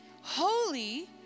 holy